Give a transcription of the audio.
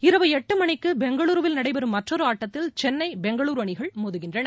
இரவு எட்டு மணிக்கு பெங்களூருவில் நடைபெறும் மற்றொரு ஆட்டத்தில் சென்னை பெங்களூரு அணிகள் மோதுகின்றன